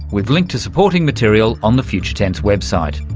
we've linked to supporting material on the future tense website.